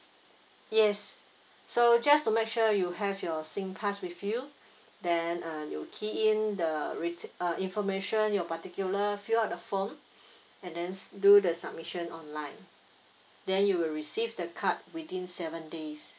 yes so just to make sure you have your singpass with you then uh you key in the re~ uh information your particular fill up the form and then do the submission online then you will receive the card within seven days